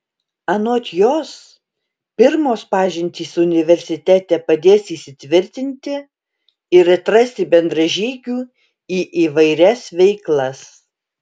anot jos pirmos pažintys universitete padės įsitvirtinti ir atrasti bendražygių į įvairias veiklas